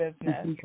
business